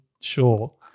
sure